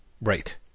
Right